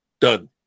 Done